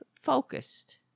focused